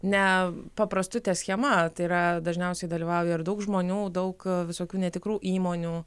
ne paprastutė schema tai yra dažniausiai dalyvauja ir daug žmonių daug visokių netikrų įmonių